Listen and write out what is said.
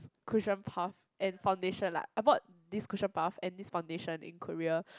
cushion puff and foundation lah I bought this cushion puff and this foundation in Korea